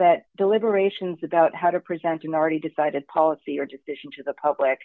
that deliberations about how to present an already decided policy or decision to the public